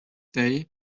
day